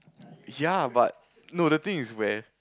yea but no the thing is where